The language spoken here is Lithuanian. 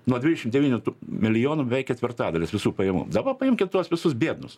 nuo dvidešim devynių milijonų beveik ketvirtadalis visų pajamų dabar paimkim tuos visus biednus